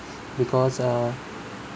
because err